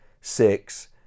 six